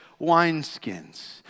wineskins